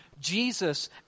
Jesus